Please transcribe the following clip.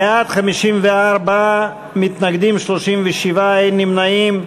בעד, 54, מתנגדים, 37, אין נמנעים.